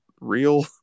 real